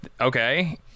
okay